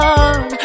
on